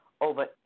over